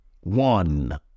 One